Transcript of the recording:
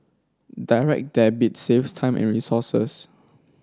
Direct Debit saves time and resources